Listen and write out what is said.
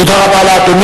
תודה רבה לאדוני.